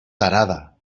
tarada